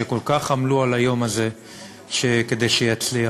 שכל כך עמלו על היום הזה כדי שיצליח.